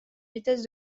vitesse